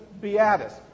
Beatus